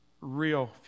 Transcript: real